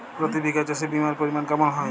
প্রতি বিঘা চাষে বিমার পরিমান কেমন হয়?